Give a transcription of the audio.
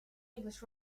english